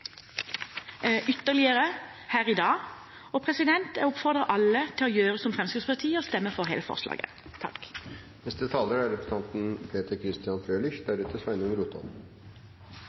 ytterligere her i dag, og jeg oppfordrer alle til å gjøre som Fremskrittspartiet: å stemme for hele forslaget.